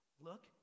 look